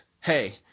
hey